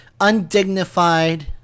undignified